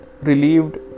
relieved